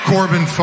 Corbin